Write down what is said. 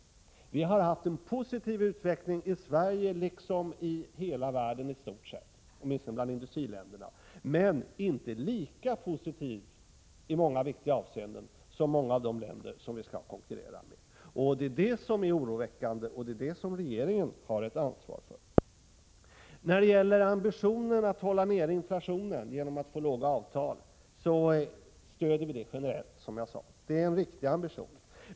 Utvecklingen har varit positiv i Sverige liksom i hela världen i stort sett, åtminstone bland industriländerna, men inte lika positiv i många väsentliga avseenden som i åtskilliga av de länder som vi skall konkurrera med. Det är detta som är oroväckande, och det är detta som regeringen har ett ansvar för. Ambitionen att hålla inflationen på en låg nivå genom att åstadkomma låga avtal stödjer vi, som jag sade, generellt. Det är en viktig ambition.